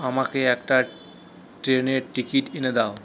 আমাকে একটা ট্রেনের টিকিট এনে দাও